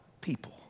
people